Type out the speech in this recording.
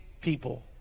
people